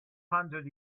hundred